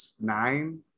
nine